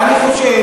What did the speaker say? אני חושב,